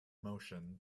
motion